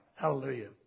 Hallelujah